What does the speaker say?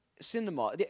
cinema